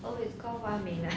oh it's called 花美男